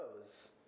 goes